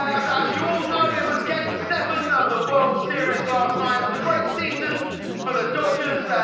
as as you all know it was game seven of the world series last night it was a great season for the dodgers.